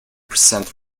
percent